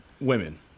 women